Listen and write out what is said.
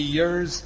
years